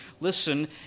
listen